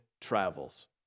travels